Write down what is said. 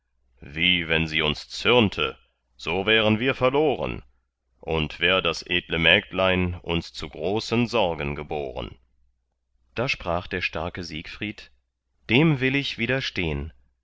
wie wenn sie uns zürnte so wären wir verloren und wär das edle mägdlein uns zu großen sorgen geboren da sprach der starke siegfried dem will ich widerstehn